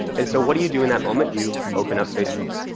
and so what do you do in that moment? you open up facebook.